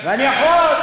אני יכול,